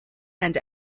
and